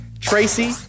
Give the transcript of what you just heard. Tracy